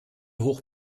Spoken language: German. hoch